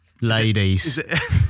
Ladies